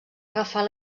agafar